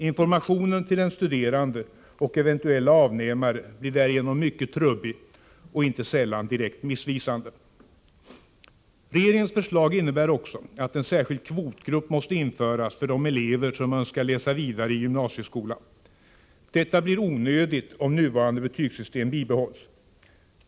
Informationen till den studerande och till eventuella avnämare blir därigenom mycket trubbig och inte sällan direkt missvisande. Regeringens förslag innebär också att en särskild kvotgrupp måste införas för de elever som önskar läsa vidare i gymnasieskolan. Detta blir onödigt, om nuvarande betygssystem bibehålls.